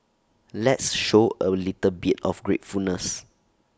let's show A little bit of gratefulness